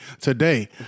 Today